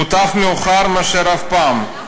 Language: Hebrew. מוטב מאוחר מאשר אף פעם,